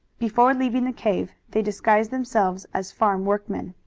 before leaving the cave they disguised themselves as farm workmen.